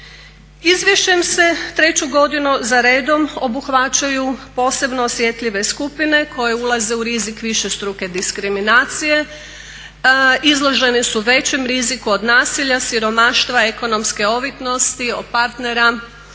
Izvješćem se treću godinu za redom obuhvaćaju posebno osjetljive skupine koje ulaze u rizik višestruke diskriminacije, izložene su većem riziku od nasilja, siromaštva, ekonomske ovisnosti o partneru,